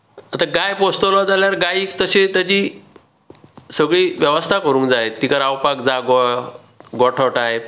आतां गाय पोसतलो जाल्यार गायेक तशी ताची सगळी वेवस्था करूंक जाय तिका रावपाक जागो गोठो टायप